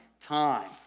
time